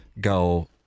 go